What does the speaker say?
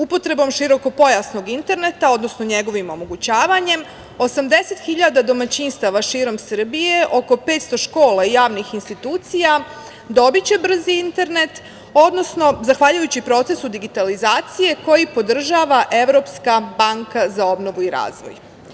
Upotrebom širokopojasnog interneta, odnosno njegovim omogućavanjem 80 hiljada domaćinstava širom Srbije, oko 500 škola i javnih institucija dobiće brzi internet, odnosno zahvaljujući procesu digitalizacije koji podržava Evropska banka za obnovu i razvoj.